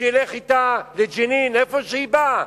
שילך אתה לג'נין, למקום שממנו היא באה.